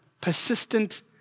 Persistent